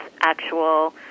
actual